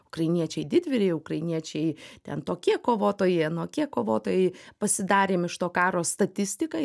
ukrainiečiai didvyriai ukrainiečiai ten tokie kovotojai anokie kovotojai pasidarėm iš to karo statistiką